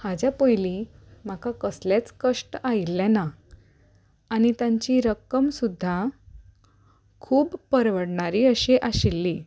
हाज्या पयलीं म्हाका कसलेंच कश्ट आयिल्लें ना आनी तांची रक्कम सुद्दां खूब परवडणारी अशी आशिल्ली